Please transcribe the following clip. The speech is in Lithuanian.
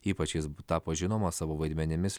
ypač jis tapo žinomas savo vaidmenimis